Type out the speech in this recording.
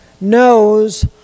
knows